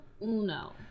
uno